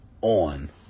on